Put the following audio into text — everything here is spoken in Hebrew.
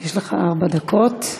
יש לך ארבע דקות.